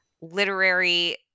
literary